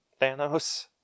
Thanos